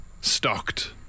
stocked